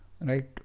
right